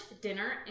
dinner